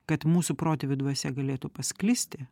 kad mūsų protėvių dvasia galėtų pasklisti